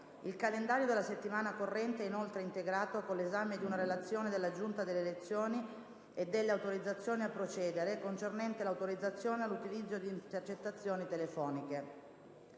Il calendario della settimana corrente è inoltre integrato con l'esame di una relazione della Giunta delle elezioni e delle immunità parlamentari concernente l'autorizzazione all'utilizzo di intercettazioni telefoniche.